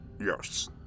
Yes